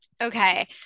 Okay